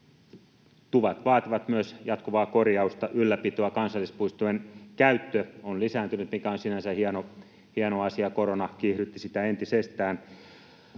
tuvat vaativat myös jatkuvaa korjausta, ylläpitoa. Kansallispuistojen käyttö on lisääntynyt, mikä on sinänsä hieno asia. Korona kiihdytti sitä entisestään.